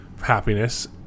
happiness